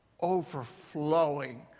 overflowing